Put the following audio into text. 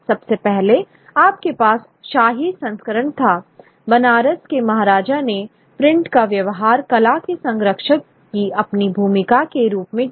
सबसे पहले आपके पास शाही संरक्षण था बनारस के महाराजा ने प्रिंट का व्यवहार कला के संरक्षक की अपनी भूमिका के रूप में किया